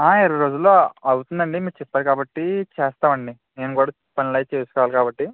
ఇరవై రోజుల్లో అవుతుందండి మీరు చెప్పారు కాబట్టి చేస్తాం అండి నేను కూడా పనులైతే చేసుకోవాలి కాబట్టి